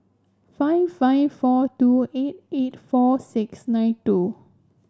five five four two eight eight four six nine two